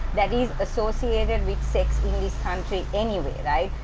that is associated and with sex in this country anyway right?